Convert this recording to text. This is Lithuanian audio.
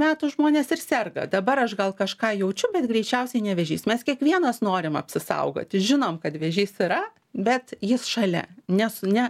metų žmonės ir serga dabar aš gal kažką jaučiu bet greičiausiai ne vėžys mes kiekvienas norim apsisaugoti žinom kad vėžys yra bet jis šalia ne su ne